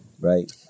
Right